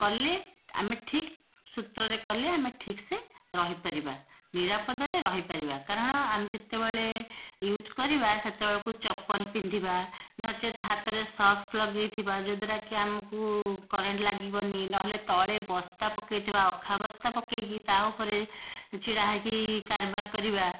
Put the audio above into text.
କଲେ ଆମେ ଠିକ୍ ସୁତ୍ରରେ କଲେ ଆମେ ଠିକ୍ ସେ ରହିପାରିବା ନିରାପଦରେ ରହିପାରିବା କାରଣ ଆମେ ଯେତେବେଳେ ୟୁଜ୍ କରିବା ସେତେବେଳେକୁ ଚପଲ ପିନ୍ଧିବା ନଚେତ୍ ହାତରେ ସକ୍ସ୍ ଲଗେଇଥିବା ଯଦ୍ୱାରା କି ଆମକୁ କରେଣ୍ଟ୍ ଲାଗିବନି ନହେଲେ ତଳେ ବସ୍ତା ପକେଇଥିବା ଅଖା ବସ୍ତା ପକେଇକି ତା ଉପରେ ଛିଡ଼ା ହେଇକି କାରବାର କରିବା